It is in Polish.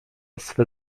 swe